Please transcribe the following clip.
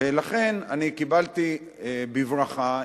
ולכן קיבלתי בברכה,